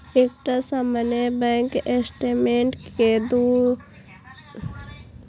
एकटा सामान्य bank statement के दू हिस्सा होइ छै, खाता सारांश आ लेनदेनक विवरण